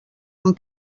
amb